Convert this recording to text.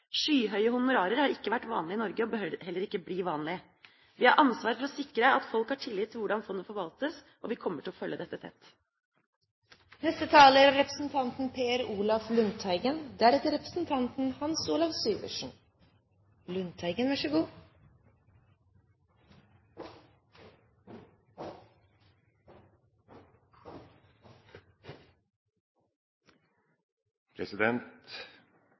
Skyhøye honorarer har ikke vært vanlig i Norge og bør heller ikke bli vanlig. Vi har ansvar for å sikre at folk har tillit til hvordan fondet forvaltes, og vi kommer til å følge dette tett. Statens pensjonsfond utland og innland viser våre sterke statsfinanser og viser hvilket privilegert folk vi er.